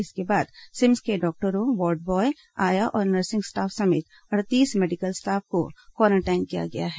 इसके बाद सिम्स के डॉक्टरों वार्ड बॉय आया और नर्सिंग स्टाफ समेत अड़तीस मेडिकल स्टाफ को क्वारेंटाइन किया गया है